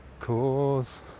cause